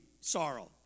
sorrow